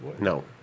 No